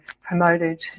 promoted